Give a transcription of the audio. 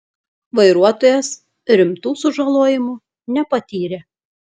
vairuotojas rimtų sužalojimų nepatyrė